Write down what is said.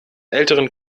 älteren